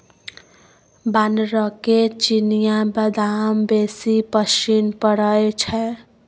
बानरके चिनियाबदाम बेसी पसिन पड़य छै